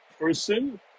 person